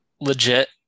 legit